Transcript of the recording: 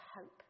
hope